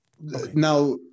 Now